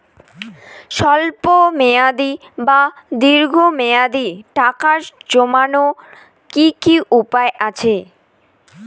স্বল্প মেয়াদি বা দীর্ঘ মেয়াদি টাকা জমানোর কি কি উপায় আছে?